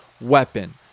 weapon